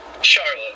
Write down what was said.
Charlotte